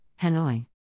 Hanoi